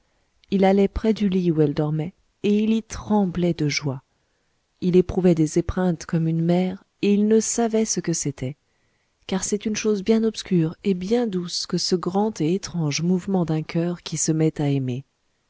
il allait près du lit où elle dormait et il y tremblait de joie il éprouvait des épreintes comme une mère et il ne savait ce que c'était car c'est une chose bien obscure et bien douce que ce grand et étrange mouvement d'un coeur qui se met à aimer